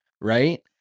right